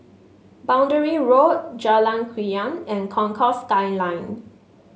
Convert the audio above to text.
Boundary Road Jalan Krian and Concourse Skyline